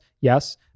Yes